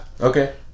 Okay